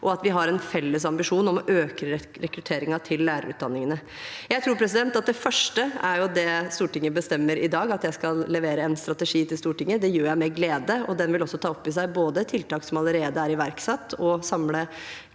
og at vi har en felles ambisjon om å øke rekrutteringen til lærerutdanningene. Jeg tror det første er det Stortinget bestemmer i dag – at jeg skal levere en strategi til Stortinget. Det gjør jeg med glede. Den vil både ta opp i seg tiltak som allerede er iverksatt, samle